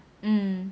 um